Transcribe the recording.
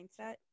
mindset